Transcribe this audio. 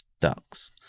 ducks